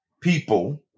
people